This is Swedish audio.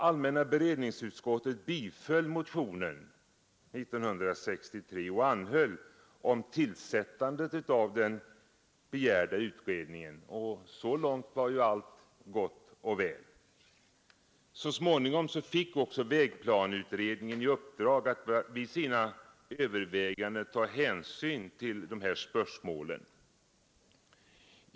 kottet tillstyrkte motionen 1963 och anhöll om tillsättande av den begärda utredningen, och så långt var ju allt gott och väl. Så småningom fick också vägplaneutredningen i uppdrag att vid sina överväganden ta hänsyn till dessa spörsmål.